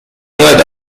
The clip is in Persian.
اینقدر